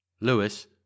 Lewis